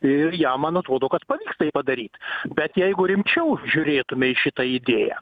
ir jam man atrodo kad pavyks tai padaryt bet jeigu rimčiau žiūrėtume į šitą idėją